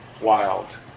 wild